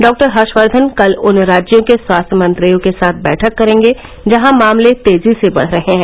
doctor Harshvardhan कल उन राज्यों के स्वास्थ्य मंत्रियों के साथ बैठक करेंगे जहां मामले तेजी से बढ़ रहे हैं